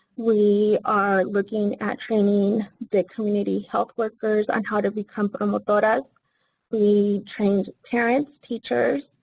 we are looking at training big community health workers on how to become um but we trained parents, teachers,